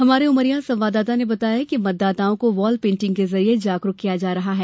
हमारे उमरिया संवाददाता ने बताया है कि मतदाताओं को वालपेण्टिंग के जरिए जागरुक किया जा रहा है